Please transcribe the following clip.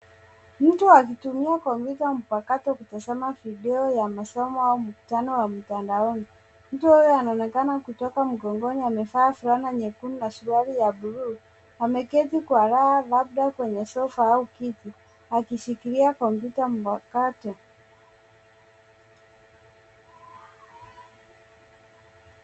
Mtu akitumia kompyuta mpakato kutazama video ya masomo au mkutano wa mtandaoni. Mtu huyo anaonekana kutoka mgongoni amevaa fulana nyekundu na suruali ya buluu ameketi kwa raha labda kwenye sofa au kiti akishikilia kompyuta mpakato.